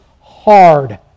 hard